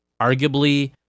arguably